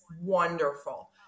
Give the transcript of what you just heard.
wonderful